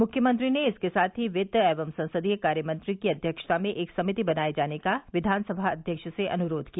मुख्यमंत्री ने इसके साथ ही कित्त एवं संसदीय कार्यमंत्री की अध्यक्षता में एक समिति बनाये जाने का विधानसभा अध्यक्ष से अनुरोध किया